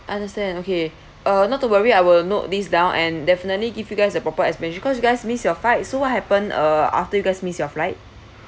understand okay uh not too worry I will note these down and definitely give you guys a proper explanation because you guys missed your fight so what happened uh after you guys missed your flight